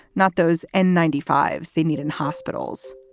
not those and ninety fives they need in hospitals,